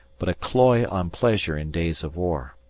but a cloy on pleasure in days of war.